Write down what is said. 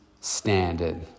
standard